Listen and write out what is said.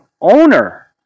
owner